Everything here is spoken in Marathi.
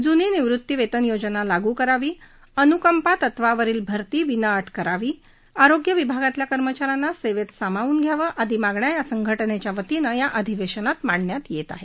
जुनी निवृत्ती वेतन योजना लागू करावी अनुकंपा तत्वावरील भरती विनाअट करावी आरोग्य विभागातल्या कर्मचाऱ्यांना सेवेत सामावून घ्यावं आदी मागण्या या संघटनेच्या वतीनं या अधिवेशनात मांडण्यात येणार आहेत